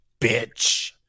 bitch